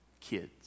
kids